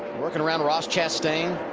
working around ross chastain.